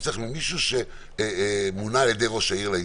יצטרך מישהו שמונה על ידי ראש העיר לעניין,